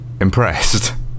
impressed